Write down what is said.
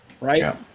Right